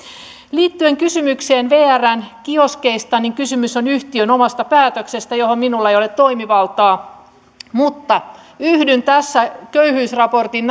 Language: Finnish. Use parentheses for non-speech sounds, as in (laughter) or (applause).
liittyen kysymykseen vrn kioskeista kysymys on yhtiön omasta päätöksestä johon minulla ei ole toimivaltaa mutta yhdyn tässä köyhyysraportin (unintelligible)